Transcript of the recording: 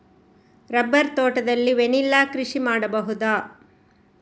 Rubber ತೋಟದಲ್ಲಿ vanilla ಕೃಷಿ ಮಾಡಬಹುದಾ?